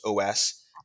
OS